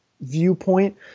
viewpoint